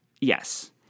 Yes